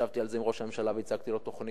ישבתי על זה עם ראש הממשלה והצגתי לו תוכנית,